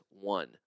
one